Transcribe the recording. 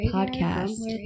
Podcast